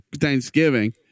Thanksgiving